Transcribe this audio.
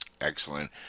Excellent